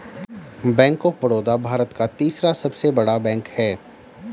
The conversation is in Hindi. बैंक ऑफ़ बड़ौदा भारत का तीसरा सबसे बड़ा बैंक हैं